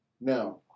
Now